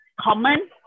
common